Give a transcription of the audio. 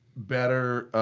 better